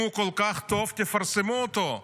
אם הוא כל כך טוב, תפרסמו אותו,